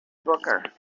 booker